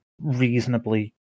reasonably